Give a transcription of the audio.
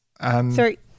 Sorry